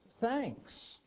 Thanks